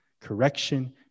correction